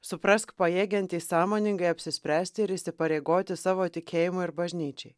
suprask pajėgiantys sąmoningai apsispręsti ir įsipareigoti savo tikėjimui ir bažnyčiai